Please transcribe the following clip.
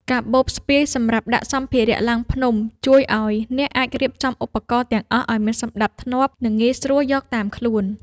កាបូបស្ពាយសម្រាប់ដាក់សម្ភារៈឡើងភ្នំ ជួយឱ្យអ្នកអាចរៀបចំឧបករណ៍ទាំងអស់ឱ្យមានសណ្ដាប់ធ្នាប់ និងងាយស្រួលយកតាមខ្លួន។